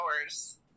hours